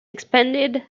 expanded